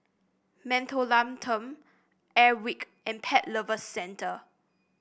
Mentholatum Airwick and Pet Lovers Centre